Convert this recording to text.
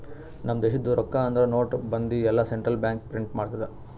ನಮ್ ದೇಶದು ರೊಕ್ಕಾ ಅಂದುರ್ ನೋಟ್, ಬಂದಿ ಎಲ್ಲಾ ಸೆಂಟ್ರಲ್ ಬ್ಯಾಂಕ್ ಪ್ರಿಂಟ್ ಮಾಡ್ತುದ್